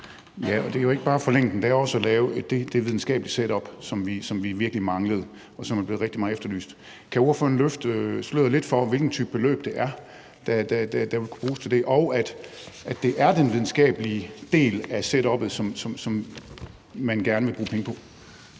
Ja, og det er ikke bare at forlænge den, det er jo også at lave det videnskabelige setup, som vi virkelig manglede, og som er blevet meget efterlyst. Kan ordføreren løfte sløret lidt for, hvilken type beløb det er, der vil kunne bruges til det, og om det er den videnskabelige del af setuppet, som man gerne vil bruge penge på?